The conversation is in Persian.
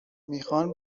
میخوان